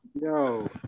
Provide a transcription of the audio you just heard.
Yo